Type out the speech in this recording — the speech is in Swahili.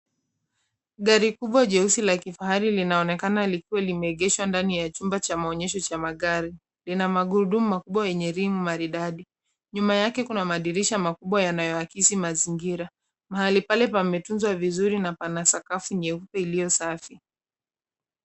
Gari kubwa jeusi la kifahari linaonekana likiwa limeegeshwa ndani ya chumba cha maonyesho cha magari. Lina magurudumu makubwa yenye rimu maridadi. Nyuma yake kuna madirisha makubwa yanayoakisi mazingira. Mahali pale pametunzwa vizuri na pana sakafu nyeupe iliyo safi.